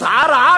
הצעה רעה?